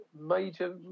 major